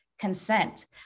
Consent